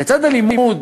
לצד הלימוד